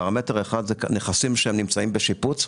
פרמטר אחד הוא נכסים שנמצאים בשיפוץ,